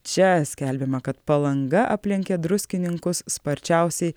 čia skelbiama kad palanga aplenkė druskininkus sparčiausiai